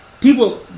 People